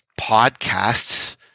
podcasts